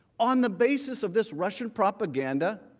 on the basis of this russian propaganda,